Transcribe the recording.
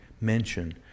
mention